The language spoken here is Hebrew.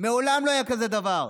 מעולם לא היה כזה דבר.